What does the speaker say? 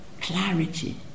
clarity